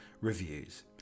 reviews